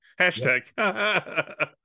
hashtag